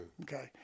Okay